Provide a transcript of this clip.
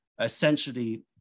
essentially